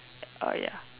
uh ya